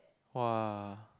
!wah!